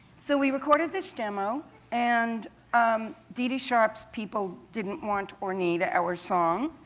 so we recorded this demo and um dee dee sharp's people didn't want or need our song.